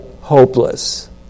Hopeless